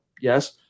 yes